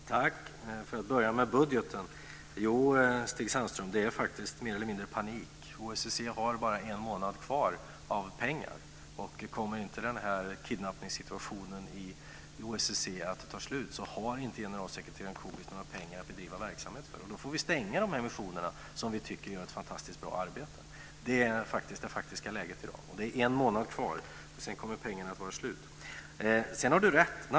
Fru talman! Jag börjar med budgeten. Jo, Stig Sandström, det är faktiskt mer eller mindre panik. OSSE har bara en månad kvar av pengar. Kommer inte den här kidnappningssituationen inom OSSE att ta slut har inte generalsekreteraren Kubis några pengar att bedriva verksamhet för, och då får vi stänga de här missionerna, som vi tycker gör ett fantastiskt bra arbete. Det är faktiskt läget i dag. Det är en månad kvar, och sedan kommer pengarna att vara slut. Sedan har Stig Sandström rätt.